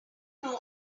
know